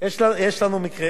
יש לנו מקרה.